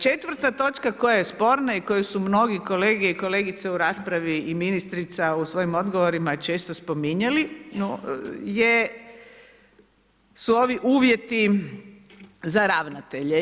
4 točka koja je sporna i koji su mnogi kolegice i kolege u raspravi i ministrica u svojim odgovorima često spominjali, je su ovi uvjeti za ravnatelje.